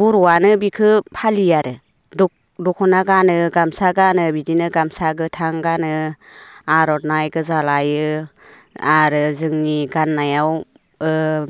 बर'आनो बेखौ फालियो आरो दखना गानो गामसा गानो बिदिनो गामसा गोथां गानो आरनाइ गोजा लायो आरो जोंनि गाननायाव